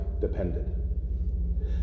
depended